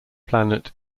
planet